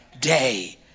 day